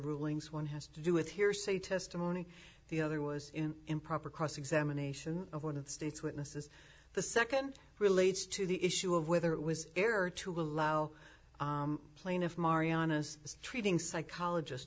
rulings one has to do with hearsay testimony the other was improper cross examination of one of the state's witnesses the second relates to the issue of whether it was fair to callao plaintiff marianna's treating psychologist